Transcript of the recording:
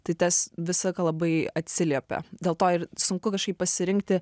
tai tas visą laiką labai atsiliepia dėl to ir sunku kažkaip pasirinkti